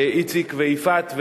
איציק ויפעת ותומר,